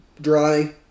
dry